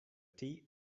tea